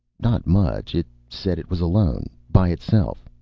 not much. it said it was alone. by itself.